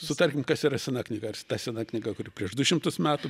sutarkim kas yra sena knyga ta sena knyga kuri prieš du šimtus metų